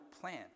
plan